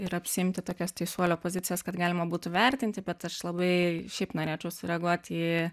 ir apsiimti tokias teisuolio pozicijos kad galima būtų vertinti bet aš labai šiaip norėčiau sureaguoti į